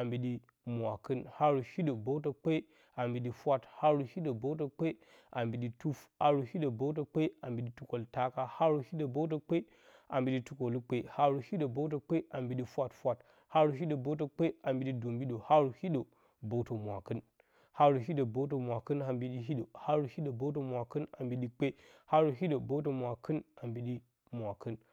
a mbiɗi mwakɨn, haarə hidə bəwtə kpe a mbiɗi fwat, haarə hiɗe təwtə kpe a mbiɗi tufi haarə hiɗə bəwtə kpe a mbiɗi tukoltaka, haarəhidə bəwtə kpe a mbiɗi tukolukpe haarə hiɗə bəwtə kpe a mbiɗi fwafwat, haarə hiɗə bəutə kpe a mbiɗi dombiɗə, haarə hiɗə bəwtə mwakɨn. Haarə hiɗə bəwtə mwakɨn a mbiɗi hiɗə, haarə hiɗə bəwtə mwakan a mbiɗɨ kpe, haarə hiɗə bəntə mwakɨn a mbiɗi mwakɨn.